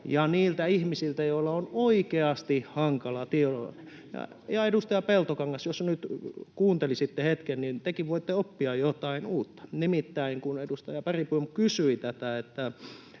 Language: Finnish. ja niiltä ihmisiltä, joilla on oikeasti hankala tilanne. [Mauri Peltokankaan välihuuto] — Ja edustaja Peltokangas, jos nyt kuuntelisitte hetken, niin tekin voitte oppia jotain uutta. Nimittäin kun edustaja Bergbom kysyi tätä,